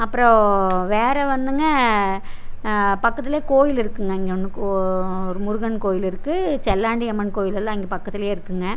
அப்புறோம் வேறு வந்துங்க பக்கத்தில் கோவில் இருக்குதுங்க இங்கே ஒன்று கோ ஒரு முருகன் கோவில் இருக்குது செல்லாண்டியம்மன் கோவிலெல்லாம் இங்கே பக்கத்திலயே இருக்குங்க